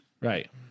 Right